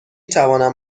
توانم